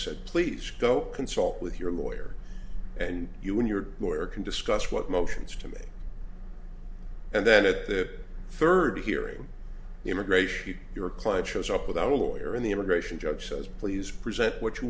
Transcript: said please go consult with your lawyer and you when you're poor can discuss what motions to make and then at the third hearing immigration your client shows up without a lawyer in the immigration judge says please present what you